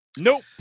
Nope